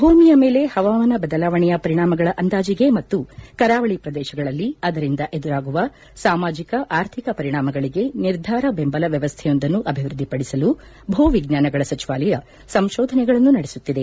ಭೂಮಿಯ ಮೇಲೆ ಪವಾಮಾನ ಬದಲಾವಣೆಯ ಪರಿಣಾಮಗಳ ಅಂದಾಜಿಗೆ ಮತ್ತು ಕರಾವಳಿ ಪ್ರದೇಶಗಳಲ್ಲಿ ಅದರಿಂದ ಎದುರಾಗುವ ಸಾಮಾಜಿಕ ಆರ್ಥಿಕ ಪರಿಣಾಮಗಳಿಗೆ ನಿರ್ಧಾರ ಬೆಂಬಲ ವ್ಯವಸ್ಥೆಯೊಂದನ್ನು ಅಭಿವ್ಯದ್ಧಿಪಡಿಸಲು ಭೂ ವಿಜ್ಞಾನಗಳ ಸಚಿವಾಲಯ ಸಂಶೋಧನೆಗಳನ್ನು ನಡೆಸುತ್ತಿದೆ